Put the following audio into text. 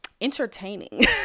entertaining